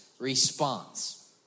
response